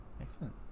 Excellent